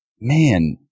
man